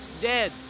dead